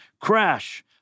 Crash